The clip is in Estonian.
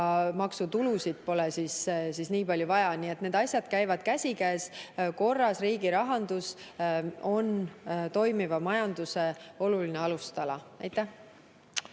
ka maksutulusid pole nii palju vaja. Nii et need asjad käivad käsikäes. Korras riigirahandus on toimiva majanduse oluline alustala. Aitäh!